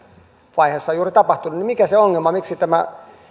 vaiheessa juuri tapahtunut niin mikä se ongelma on miksi tämä